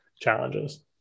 challenges